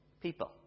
people